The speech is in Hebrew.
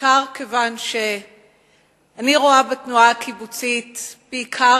בעיקר כיוון שאני רואה בתנועה הקיבוצית בעיקר